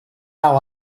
how